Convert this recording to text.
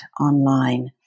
online